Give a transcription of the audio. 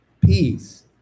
peace